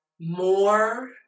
more